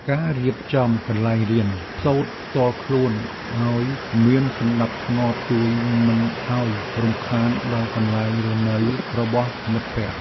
ការរៀបចំកន្លែងរៀនសូត្រផ្ទាល់ខ្លួនឱ្យមានសណ្តាប់ធ្នាប់ជួយមិនឱ្យរំខានដល់កន្លែងរស់នៅរបស់មិត្តភក្តិ។